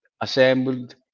assembled